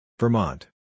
Vermont